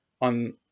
on